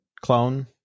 clone